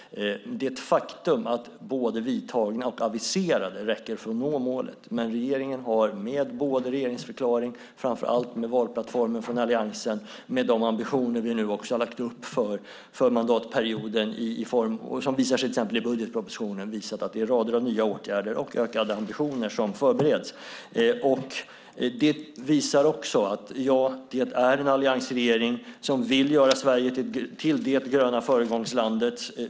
Det är ett faktum att både vidtagna och aviserade åtgärder räcker för att nå målet. Men regeringen har med regeringsförklaringen och framför allt med valplattformen från Alliansen och med de ambitioner som vi nu har lagt upp för mandatperioden, och som framgår till exempel i budgetpropositionen, visat att det är rader av nya åtgärder och ökade ambitioner som förbereds. Det visar också att det är en alliansregering som vill göra Sverige till det gröna föregångslandet.